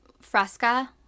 fresca